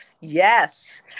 Yes